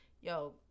yo